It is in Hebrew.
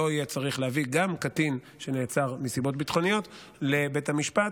לא יהיה צריך להביא גם קטין שנעצר מסיבות ביטחוניות לבתי המשפט,